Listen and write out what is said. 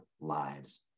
lives